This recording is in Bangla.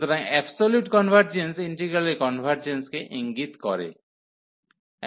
সুতরাং অ্যাবসোলিউট কনভার্জেন্স ইন্টিগ্রালের কনভার্জেন্সকে ইঙ্গিত দেয়